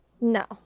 No